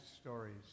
stories